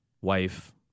wife